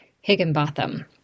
Higginbotham